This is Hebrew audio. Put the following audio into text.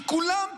כי כולם פה,